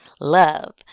love